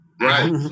Right